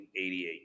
1988